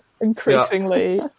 increasingly